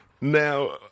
Now